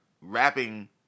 rapping